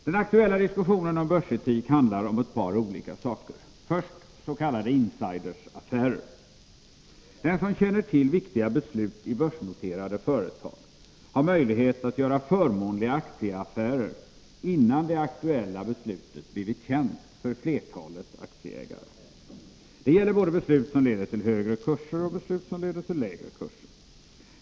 Den aktuella diskussionen om börsetik handlar om ett par olika saker. Först s.k. insideraffärer. Den som känner till viktiga beslut i börsnoterade företag har möjlighet att göra förmånliga aktieaffärer innan det aktuella beslutet blivit känt för flertalet aktieägare. Det gäller både beslut som leder till högre kurser och beslut som leder till lägre kurser.